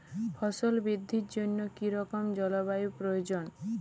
ফসল বৃদ্ধির জন্য কী রকম জলবায়ু প্রয়োজন?